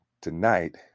tonight